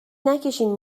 نکشین